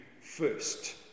first